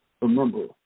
remember